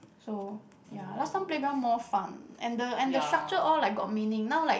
so ya last time playground more fun and the and the structure all like got meaning now like